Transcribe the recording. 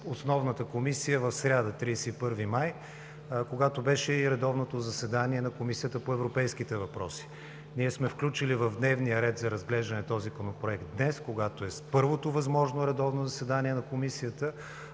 основната комисия в сряда – 31 май 2017 г., когато беше и редовното заседание на Комисията по европейските въпроси. Ние сме включили в дневния ред за разглеждане този Законопроект днес, когато е първото възможно редовно заседание на Комисията,